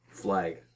flag